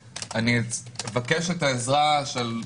אבקש את העזרה שלך,